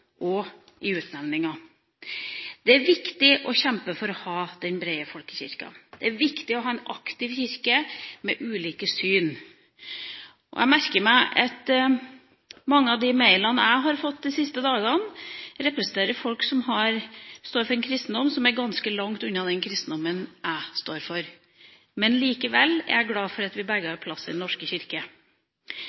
og i utnevninger. Det er viktig å kjempe for å ha den brede folkekirka. Det er viktig å ha en aktiv kirke med ulike syn. Jeg merker meg at mange av de mailene jeg har fått de siste dagene, representerer folk som står for en kristendom som er ganske langt unna den kristendommen jeg står for. Likevel er jeg glad for at vi begge har plass i Den norske kirke.